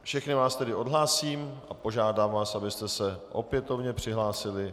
Všechny vás tedy odhlásím a požádám vás, abyste se opětovně přihlásili.